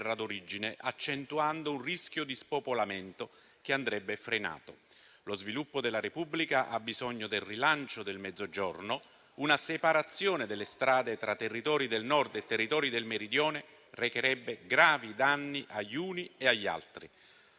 d'origine, accentuando un rischio di spopolamento che andrebbe frenato. «Lo sviluppo della Repubblica ha bisogno del rilancio del Mezzogiorno» e «Una separazione delle strade tra territori del Nord e territori del Meridione recherebbe gravi danni agli uni e agli altri»: